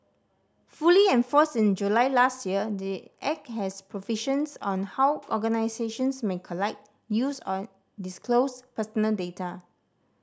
fully enforced in July last year the Act has provisions on how organisations may collect use and disclose personal data